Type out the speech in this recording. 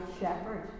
shepherd